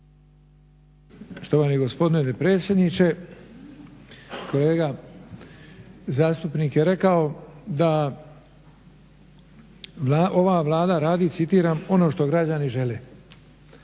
Štovani gospodine dopredsjedniče. Kolega zastupnik je rekao da ova Vlada citiram "ono što građani žele".